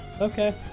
Okay